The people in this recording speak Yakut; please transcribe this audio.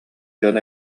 дьон